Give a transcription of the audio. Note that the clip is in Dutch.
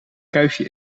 kuifje